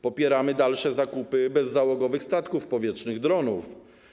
Popieramy dalsze zakupy bezzałogowych statków powietrznych, dronów.